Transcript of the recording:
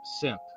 Simp